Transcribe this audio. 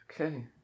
Okay